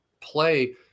play